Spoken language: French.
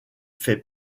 fait